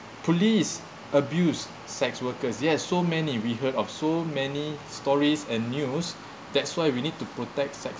police abuse sex workers yes so many we heard of so many stories and news that's why we need to protect sex